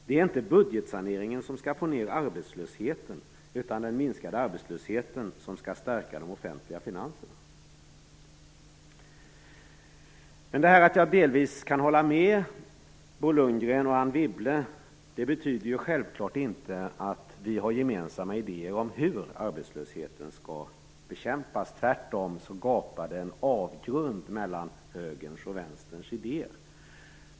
Det är inte budgetsaneringen som skall få ned arbetslösheten, utan det är den minskade arbetslösheten som skall stärka de offentliga finanserna. Att jag delvis kan hålla med Bo Lundgren och Anne Wibble betyder självklart inte att vi har gemensamma idéer om hur arbetslösheten skall bekämpas. Tvärtom gapar det en avgrund mellan högerns och vänsterns idéer.